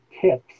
tips